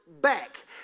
back